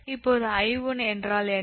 இப்போது 𝐼1 என்றால் என்ன